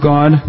God